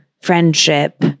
friendship